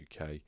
uk